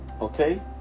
okay